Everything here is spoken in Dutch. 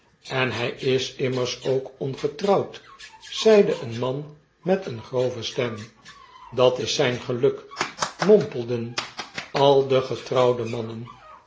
stond vooruitstak enhijis irnmers ook ongetrouwd zeide een man met eene grove stem dat iszijngeluk mompelden al de getrouwde mannen